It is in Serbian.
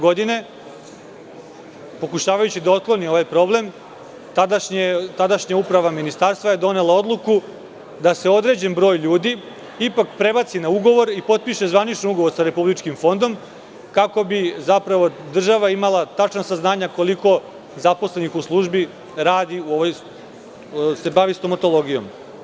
Godine 2011, pokušavajući da otkloni ovaj problem, tadašnja uprava ministarstva je donela odluku da se određen broj ljudi ipak prebaci na ugovor i potpiše zvanično ugovor sa Republičkim fondom, kako bi zapravo država imala tačna saznanja koliko zaposlenih u službi se bavi stomatologijom.